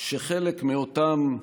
שחלק מאותם,